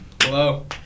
Hello